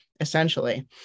essentially